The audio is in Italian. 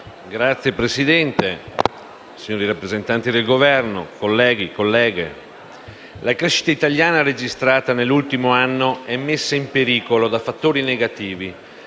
Signor Presidente, signori rappresentanti del Governo, colleghe e colleghi, la crescita italiana registrata nell'ultimo anno è messa in pericolo da fattori negativi